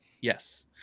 Yes